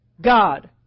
God